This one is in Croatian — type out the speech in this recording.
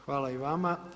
Hvala i vama.